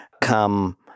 come